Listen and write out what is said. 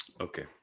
Okay